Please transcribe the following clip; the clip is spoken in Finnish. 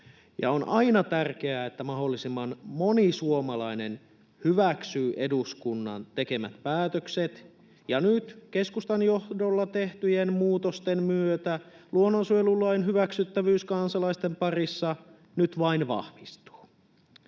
On aina tärkeää, että mahdollisimman moni suomalainen hyväksyy eduskunnan tekemät päätökset, ja keskustan johdolla tehtyjen muutosten myötä luonnonsuojelulain hyväksyttävyys kansalaisten parissa nyt vain vahvistuu.